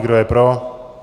Kdo je pro?